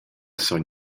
sogn